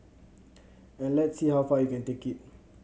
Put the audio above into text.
and let's see how far you can take it